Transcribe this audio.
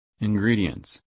Ingredients